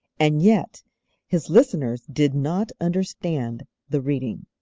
and yet his listeners did not understand the reading.